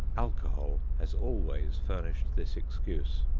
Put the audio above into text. alcohol has always furnished this excuse.